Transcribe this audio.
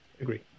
Agree